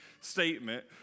statement